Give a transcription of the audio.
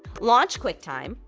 launch quicktime,